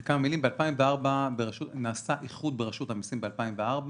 בכמה מילים: נעשה איחוד ברשות המסים ב-2004.